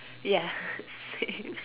ya same